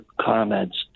comments